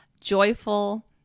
joyful